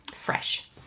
fresh